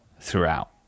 throughout